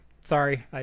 Sorry